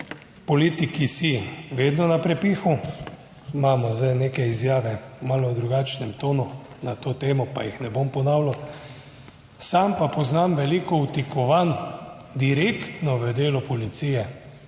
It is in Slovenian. politiki si vedno na prepihu, imamo zdaj neke izjave v malo drugačnem tonu na to temo, pa jih ne bom ponavljal. Sam pa poznam veliko vtikovanj direktno v delo policije,